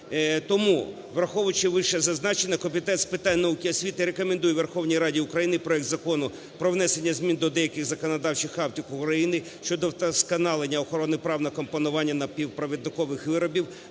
Тому враховуючи вище зазначене, Комітет з питань науки і освіти рекомендує Верховній Раді України проект Закону про внесення змін до деяких законодавчих актів України щодо вдосконалення охорони прав на компонування напівпровідникових виробів